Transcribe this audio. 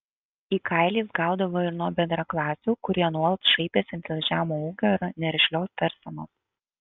į kailį jis gaudavo ir nuo bendraklasių kurie nuolat šaipėsi dėl žemo ūgio ir nerišlios tarsenos